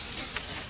Hvala